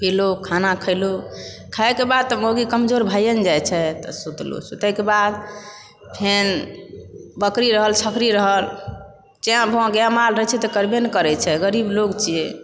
पीलहुँ खाना खेलहुँ खाएके बाद तऽ मौगी कमजोर भइए नऽ जाइत छै सुतएके बाद फेन बकरी रहल सकरी रहल चे भो गाय माल रहय छै तऽ करबए नहि करए छै गरीब लोक छियै